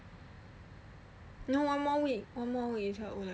no one more week one more week is her O level